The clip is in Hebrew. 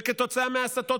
וכתוצאה מההסתות,